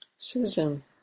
Susan